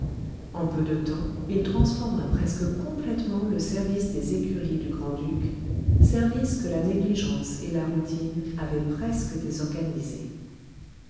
en peu de temps il transforma presque complètement le service des écuries du grand-duc service que la négligence et la routine avaient presque désorganisé